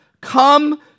Come